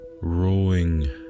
rowing